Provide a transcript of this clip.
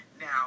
Now